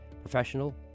Professional